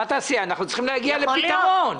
יכול להיות שנעשה הפגנה.